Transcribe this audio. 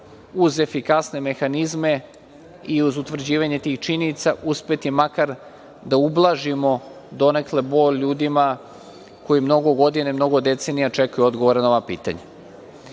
uz efikasne mehanizme i uz utvrđivanje tih činjenica uspeti makar da ublažimo donekle bol ljudima koji mnogo godina i mnogo decenija čekaju odgovore na ova pitanja. Što